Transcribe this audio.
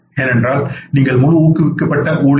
ஏனென்றால் நீங்கள் முழு ஊக்குவிக்கப்பட்ட ஊழியர்